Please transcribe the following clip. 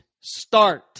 start